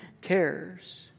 cares